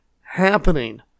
happening